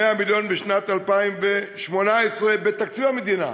100 מיליון בשנת 2018 בתקציב המדינה.